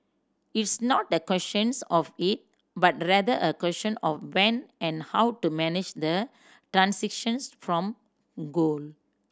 it's not the questions of if but rather a question of when and how to manage the transitions from coal